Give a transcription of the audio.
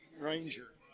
Ranger